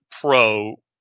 Pro